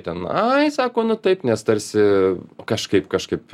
ten ai sako nu taip nes tarsi kažkaip kažkaip